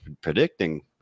predicting